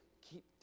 Keep